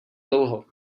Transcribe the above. dlouho